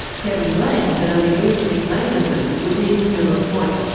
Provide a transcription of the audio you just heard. kevin lang had only recently made a move within millers point.